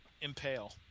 impale